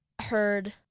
heard